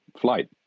flight